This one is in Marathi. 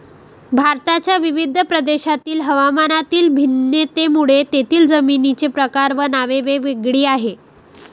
भारताच्या विविध प्रदेशांतील हवामानातील भिन्नतेमुळे तेथील जमिनींचे प्रकार व नावे वेगवेगळी आहेत